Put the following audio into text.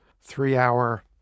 three-hour